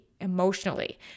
emotionally